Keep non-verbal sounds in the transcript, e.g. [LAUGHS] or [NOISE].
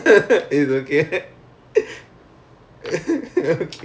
[LAUGHS] நானும் எவ்ளவோ முயற்சி பண்ணி பார்த்துட்டேன் இப்ப:naanum evvalavo muyarchi panni paartthuten ippa